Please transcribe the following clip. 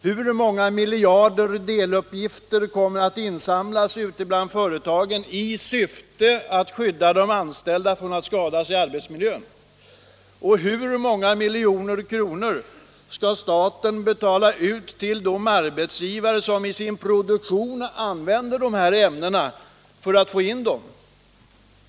Hur många miljarder deluppgifter kommer att insamlas ute bland företagen i syfte att skydda de anställda från att skada sig i arbetsmiljön? Och hur många miljoner kronor skall staten betala ut för att få in uppgifterna från de arbetsgivare som i sin produktion använder de här ämnena?